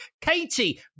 Katie